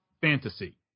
fantasy